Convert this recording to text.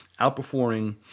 outperforming